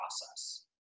process